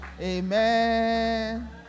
Amen